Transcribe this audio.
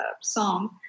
song